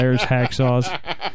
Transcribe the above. Hacksaws